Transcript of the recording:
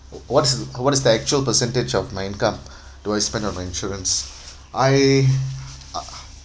what's the what is the actual percentage of my income do I spend on insurance I uh